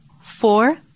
Four